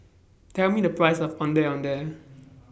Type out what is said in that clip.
Tell Me The Price of Ondeh Ondeh